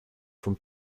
from